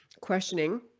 questioning